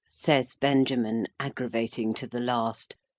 says benjamin, agravating to the last,